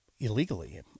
illegally